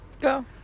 go